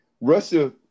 Russia